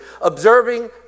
Observing